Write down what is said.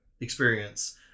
experience